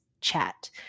chat